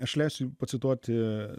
aš leisiu pacituoti